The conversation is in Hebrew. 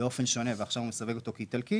באופן שונה ועכשיו הוא מסווג אותו כאיטלקי